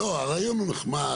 הרעיון הוא נחמד,